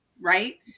right